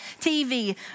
TV